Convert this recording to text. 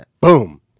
Boom